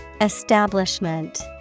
Establishment